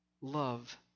love